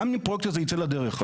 גם אם הפרויקט הזה יצא לדרך,